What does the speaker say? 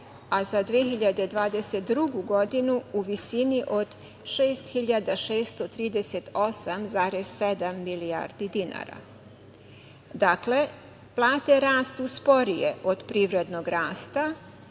a za 2022. godinu u visini od 6.638,7 milijardi dinara. Dakle, plate rastu sporije od privrednog rasta